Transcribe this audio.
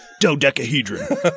Dodecahedron